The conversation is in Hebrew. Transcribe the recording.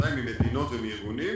בוודאי ממדינות ומארגונים,